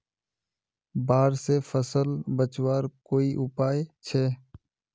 बाढ़ से फसल बचवार कोई उपाय छे?